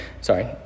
sorry